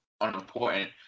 unimportant